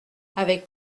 avec